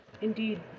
Indeed